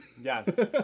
Yes